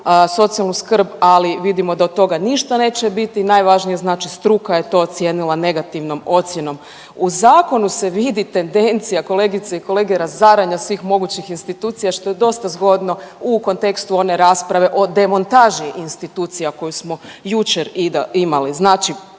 socijalnu skrb, ali vidimo da od toga ništa neće biti. Najvažnije znači struka je to ocijenila negativnom ocjenom. U zakonu se vidi tendencija, kolegice i kolege, razaranja svih mogućih institucija što je dosta zgodno u kontekstu one rasprave o demontaži institucija koju smo jučer imali.